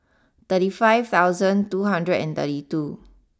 thirty five thousand two hundred and thirty two